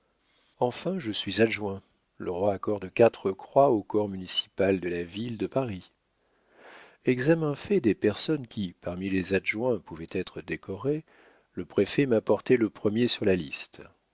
enfin je suis adjoint le roi accorde quatre croix au corps municipal de la ville de paris examen fait des personnes qui parmi les adjoints pouvaient être décorées le préfet m'a porté le premier sur la liste